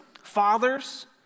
fathers